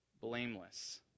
blameless